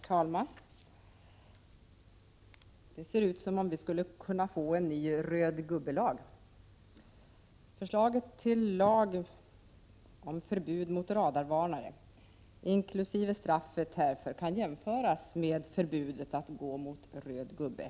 Herr talman! Det ser ut som om vi skulle kunna få en ny ”röd gubbe”-lag. Förslaget till lag om förbud mot radarvarnare inkl. straffet härför kan jämföras med förbudet mot att gå mot röd gubbe.